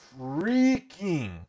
freaking